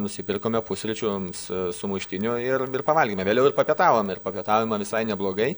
nusipirkome pusryčiums sumuštinių ir ir pavalgėme vėliau ir papietavome ir papietavome visai neblogai